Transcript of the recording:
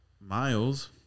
Miles